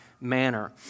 manner